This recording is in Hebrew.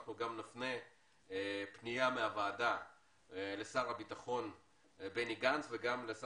אנחנו גם הוציא פנייה של הוועדה לשר הביטחון בני גץ ולשר